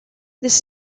this